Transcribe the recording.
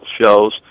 Shows